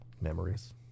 memories